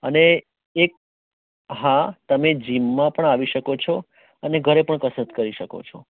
અને એક હા તમે જીમમાં પણ આવી શકો છો અને ઘરે પણ કસરત કરી શકો છો